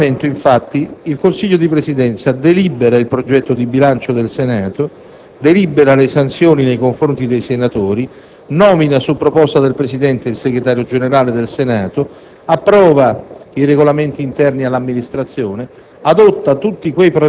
In base al Regolamento, infatti, il Consiglio di Presidenza delibera il progetto di bilancio del Senato; delibera le sanzioni nei confronti dei senatori; nomina, su proposta del Presidente, il Segretario generale del Senato; approva i Regolamenti interni all'amministrazione;